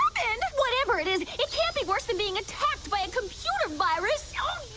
and whatever it is it can't be worse than being attacked by a computer virus yeah